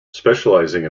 specializing